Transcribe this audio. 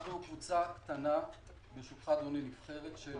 אנחנו קבוצה קטנה ונבחרת של